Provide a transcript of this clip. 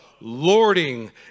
lording